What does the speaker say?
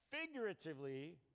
figuratively